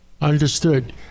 Understood